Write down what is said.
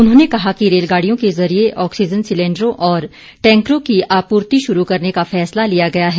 उन्होंने कहा कि रेलगाडियों के जरिए आक्सीजन सिलेंडरों और टैंकरों की आपूर्ति शुरू करने का फैसला लिया गया है